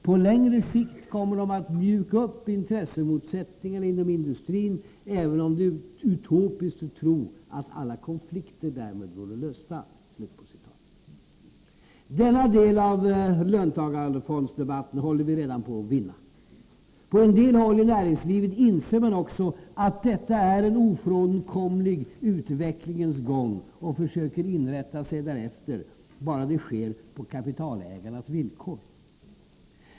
På längre sikt kommer de att mjuka upp intressemotsättningarna inom industrin — även om det är utopiskt att tro att alla konflikter därmed vore lösta.” Denna del av löntagarfondsdebatten håller vi redan på att vinna. På en del håll i näringslivet inser man också att detta är en ofrånkomlig utvecklingens gång och försöker inrätta sig därefter, bara det sker på kapitalägarnas villkor.